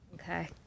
Okay